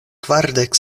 kvardek